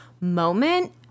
moment